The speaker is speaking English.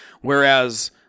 Whereas